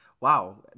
wow